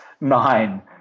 nine